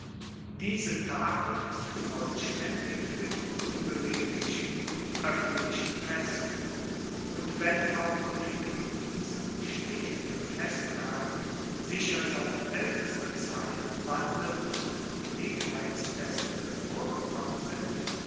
diese tafel ist vollstaendig fuer die unbeweglichen oeffentlichen feste und wenn auch neben diesen stehenden festtagen sicher seit aeltester zeit wandel und gelegenheitsfeste vorgekommen sind